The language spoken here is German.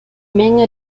menge